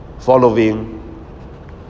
following